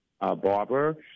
Barber